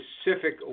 specific